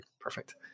Perfect